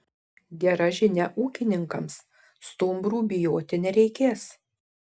gera žinia ūkininkams stumbrų bijoti nereikės